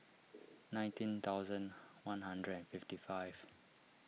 nineteen thousand one hundred and fifty five